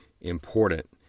important